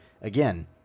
again